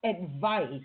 advice